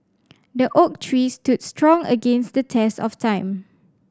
the oak tree stood strong against the test of time